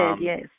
Yes